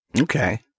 Okay